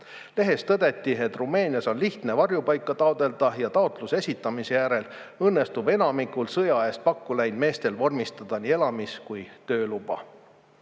Lehes tõdeti, et Rumeenias on lihtne varjupaika taotleda ja taotluse esitamise järel õnnestub enamikul sõja eest pakku läinud meestel vormistada nii elamis- kui ka tööluba.